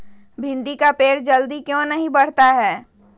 भिंडी का पेड़ जल्दी क्यों नहीं बढ़ता हैं?